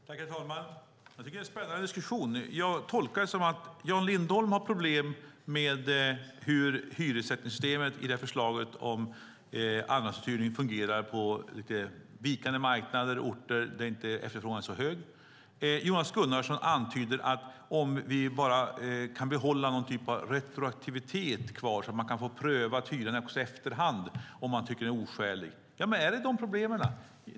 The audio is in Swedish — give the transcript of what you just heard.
Herr talman! Det är en spännande diskussion. Jag tolkar det som att Jan Lindholm har problem med hur hyressättningssystemet i förslaget om andrahandsuthyrning fungerar på vikande marknader, på orter där efterfrågan inte är så stor. Jonas Gunnarsson antyder att om vi bara kan behålla någon typ av retroaktivitet så kan man få hyran prövad också i efterhand om man tycker att den är oskälig.